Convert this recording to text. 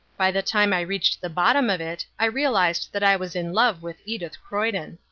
by the time i reached the bottom of it i realized that i was in love with edith croyden.